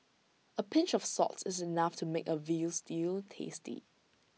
A pinch of salt is enough to make A Veal Stew tasty